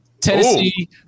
Tennessee